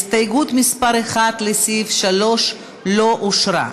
הסתייגות מס' 1 לסעיף 3 לא התקבלה.